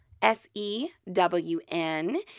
S-E-W-N